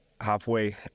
halfway